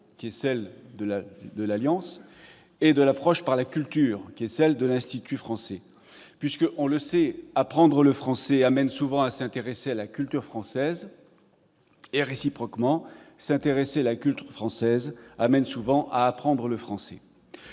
qui est celle de l'Alliance et de l'approche par la culture qui est celle de l'Institut français, puisque, on le sait, apprendre le français amène souvent à s'intéresser à la culture française ; réciproquement, s'intéresser à la culture française conduit souvent à apprendre le français.